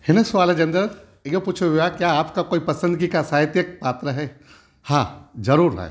हिन सवाल जे अंदरि इहो पुछियो वियो आहे की आपका कोई पसंदीदा साहित्यक पात्र आहे हा जरूर आहे